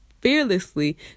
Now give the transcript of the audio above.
fearlessly